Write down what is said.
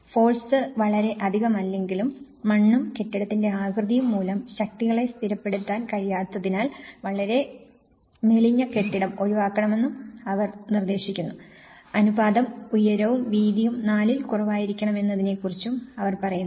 force വളരെ അധികമില്ലെങ്കിലും മണ്ണും കെട്ടിടത്തിന്റെ ആകൃതിയും മൂലം ശക്തികളെ സ്ഥിരപ്പെടുത്താൻ കഴിയാത്തതിനാൽ വളരെ മെലിഞ്ഞ കെട്ടിടം ഒഴിവാക്കണമെന്നും അവർ നിർദ്ദേശിക്കുന്നു അനുപാതം ഉയരവും വീതിയും നാലിൽ കുറവായിരിക്കണമെന്നതിനെക്കുറിച്ചും അവർ പറയുന്നു